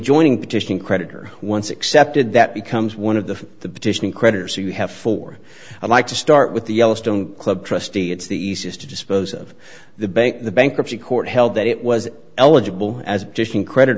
joining petitioning creditor once accepted that becomes one of the petition creditors you have for i'd like to start with the yellowstone club trustee it's the easiest to dispose of the bank the bankruptcy court held that it was eligible as fishing credit